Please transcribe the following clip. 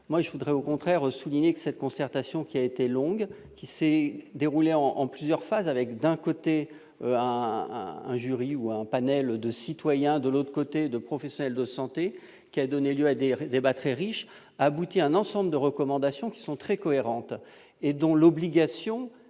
je voudrais au contraire souligner que cette concertation, qui a été longue, s'est déroulée en plusieurs phases avec, d'un côté, un panel de citoyens et, de l'autre côté, des professionnels de santé. Elle a donné lieu à des débats très riches, qui ont abouti à un ensemble de recommandations très cohérentes. L'obligation